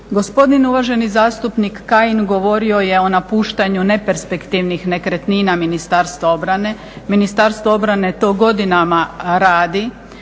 Gospodin uvaženi zastupnik Kajin govorio je o napuštanju neperspektivnih nekretnina Ministarstva obrane. Ministarstvo obrane to godina radi,